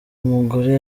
umugore